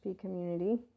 community